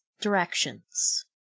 directions